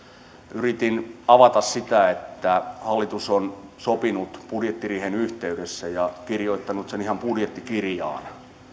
yritin avata sitä että hallitus on sopinut budjettiriihen yhteydessä ja kirjoittanut sen ihan budjettikirjaan